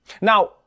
Now